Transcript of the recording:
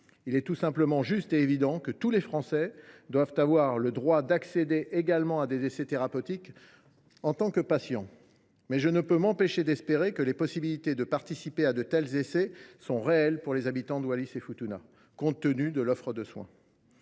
Il est tout simplement juste et évident que tous les Français doivent avoir le droit d’accéder également comme patients à des essais thérapeutiques. Toutefois, je ne peux m’empêcher d’espérer que les possibilités de participer à de tels essais seront réelles pour les habitants de Wallis et Futuna, compte tenu de l’offre de soins